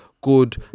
good